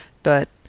but,